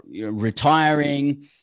retiring